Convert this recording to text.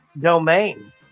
domain